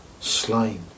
slain